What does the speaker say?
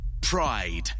pride